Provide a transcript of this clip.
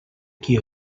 qui